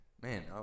man